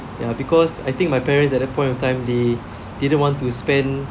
ya because I think my parents at that point of time they didn't want to spend